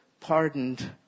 pardoned